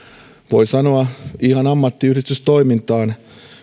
voi sanoa ihan ammattiyhdistystoimintaan